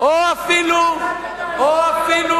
או אפילו